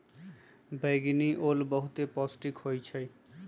बइगनि ओल बहुते पौष्टिक होइ छइ